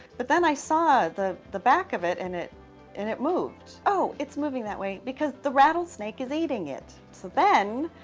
but then i saw the the back of it, and it and it moved. oh, it's moving that way because the rattlesnake is eating it. so then,